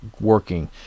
working